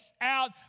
out